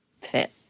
fit